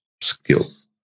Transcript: skills